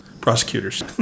Prosecutors